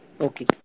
Okay